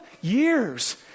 years